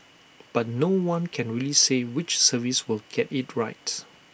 but no one can really say which service will get IT right